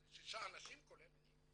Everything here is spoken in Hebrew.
זה שישה אנשים כולל אני.